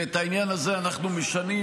ואת העניין הזה אנחנו משנים,